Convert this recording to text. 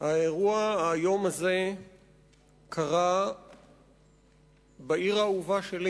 האירוע האיום הזה קרה בעיר האהובה שלי,